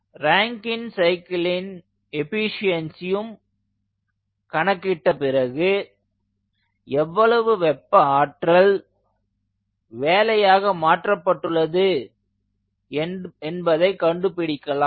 ராங்கின் சைக்கிளின் எஃபீஷியன்ஸியும் கணக்கிட்ட பிறகு எவ்வளவு வெப்ப ஆற்றல் வேலையாக மாற்றப்பட்டுள்ளது என்பதை கண்டுபிடிக்கலாம்